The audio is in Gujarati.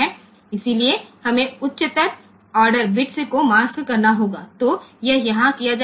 તો આપણે ઉચ્ચ ઓર્ડર બિટ્સ ને માસ્ક આઉટ કરવા પડશે